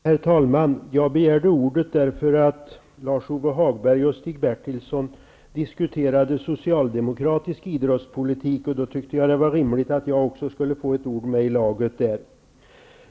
Herr talman! Jag begärde ordet när Lars-Ove Hagberg och Stig Bertilsson diskuterade socialdemokratisk idrottspolitik. Då tyckte jag att det var rimligt att jag också skulle få ett ord med i laget.